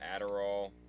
Adderall